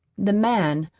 the man,